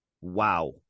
Wow